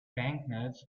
banknotes